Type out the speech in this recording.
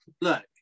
Look